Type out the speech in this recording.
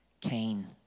Cain